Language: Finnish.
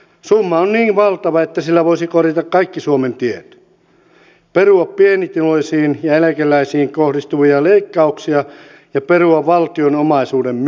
summa on niin valtava että sillä voisi korjata kaikki suomen tiet perua pienituloisiin ja eläkeläisiin kohdistuvia leikkauksia ja perua valtion omaisuuden myyntejä